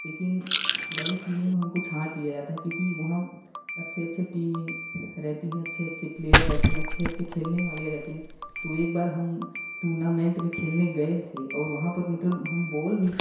लेकिन बड़ी टीमों में हम को छांट दिया जाता है क्योंकि वहाँ अच्छे अच्छे टीमें रहती है अच्छे अच्छे प्लेयर रहते है अच्छे अच्छेखेलने वाले रहते है तो एक बार हम टूर्नामेंट में खेलने गए थे और वहाँ पर मतलब हम बॉल भी